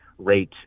Rate